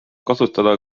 kasutada